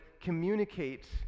communicate